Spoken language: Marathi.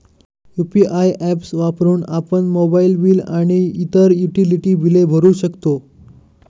यु.पी.आय ऍप्स वापरून आपण मोबाइल बिल आणि इतर युटिलिटी बिले भरू शकतो